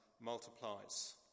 multiplies